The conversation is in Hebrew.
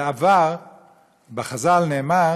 בעבר בחז"ל נאמר